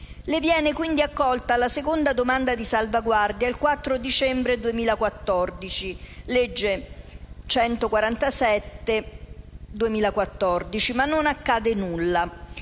Le viene accolta la seconda domanda di salvaguardia il 4 dicembre 2014 (legge n. 147 del 2014), ma non accade nulla.